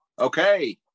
Okay